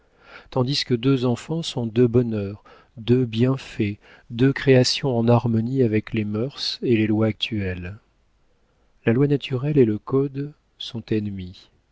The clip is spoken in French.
tandis que deux enfants sont deux bonheurs deux bienfaits deux créations en harmonie avec les mœurs et les lois actuelles la loi naturelle et le code sont ennemis